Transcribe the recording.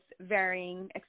varying